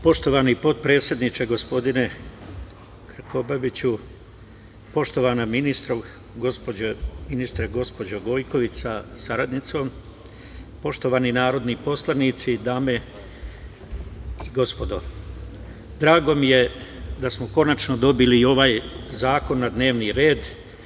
Poštovani potpredsedniče, gospodine Krkobabiću, poštovana ministarko, gospođo Gojković sa saradnicom, poštovani narodni poslanici, dame i gospodo, drago mi je da smo konačno dobili i ovaj zakon na dnevni red.